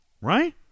Right